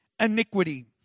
iniquity